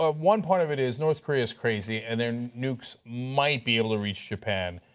ah one part of it is north korea's crazy and their nukes might be able to reach japan.